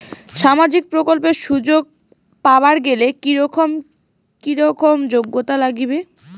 সামাজিক প্রকল্পের সুযোগ পাবার গেলে কি রকম কি রকম যোগ্যতা লাগিবে?